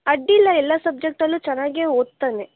ಅಡ್ಡಿ ಇಲ್ಲ ಎಲ್ಲ ಸಬ್ಜೆಕ್ಟಲ್ಲು ಚೆನ್ನಾಗಿಯೇ ಓದ್ತಾನೆ